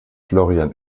florian